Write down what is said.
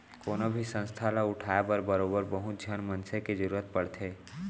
कोनो भी संस्था ल उठाय बर बरोबर बहुत झन मनसे के जरुरत पड़थे